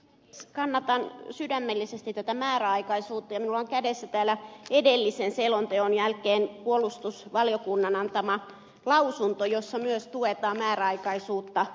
kannatan sydämellisesti tätä määräaikaisuutta ja minulla on kädessäni täällä edellisen selonteon jälkeen puolustusvaliokunnan antama lausunto jossa myös tuetaan määräaikaisuutta silloiselle eu operaatiolle